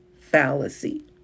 fallacy